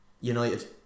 United